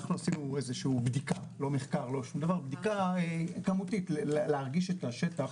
שעשינו בדיקה כמותית להרגיש את השטח.